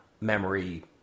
Memory